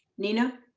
nina.